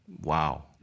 wow